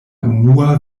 unua